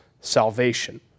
salvation